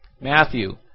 Matthew